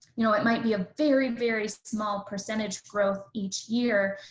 you know it might be a very, very small percentage growth each year,